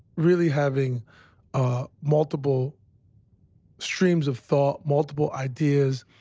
really having ah multiple streams of thought, multiple ideas,